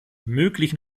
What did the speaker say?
möglichen